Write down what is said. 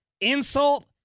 Insult